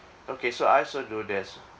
okay so I also do there's